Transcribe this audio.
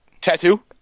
Tattoo